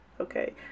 Okay